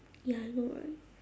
ya I know right